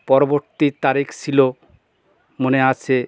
পরবর্তী তারিখ ছিলো মনে আছে